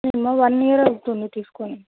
మేము one year అవుతుంది తీసుకోని